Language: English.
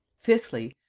fifthly,